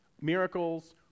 miracles